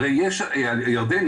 הירדנים,